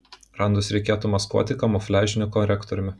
randus reikėtų maskuoti kamufliažiniu korektoriumi